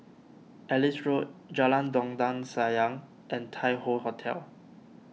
Ellis Road Jalan Dondang Sayang and Tai Hoe Hotel